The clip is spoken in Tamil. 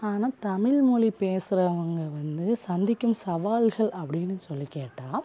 ஆனால் தமிழ்மொலி பேசுகிறவங்க வந்து சந்திக்கும் சவால்கள் அப்படின்னு சொல்லி கேட்டால்